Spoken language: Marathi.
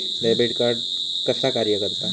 डेबिट कार्ड कसा कार्य करता?